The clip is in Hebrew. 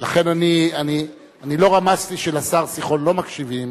אני לא רמזתי שלשר שמחון לא מקשיבים,